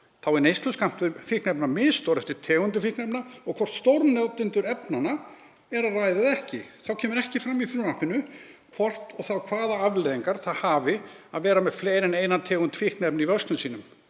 Þá er „neysluskammtur“ fikniefna misstór eftir tegundum fíkniefna og hvort um stórnotendur efnanna er að ræða eða ekki. Þá kemur ekki fram í frumvarpinu hvort og þá hvaða afleiðingar það hafi að vera með fleiri en eina tegund fíkniefna í vörslu sinni.